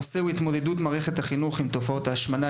הנושא הוא התמודדות מערכת החינוך עם תופעת ההשמנה,